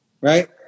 Right